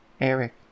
Eric